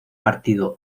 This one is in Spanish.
partido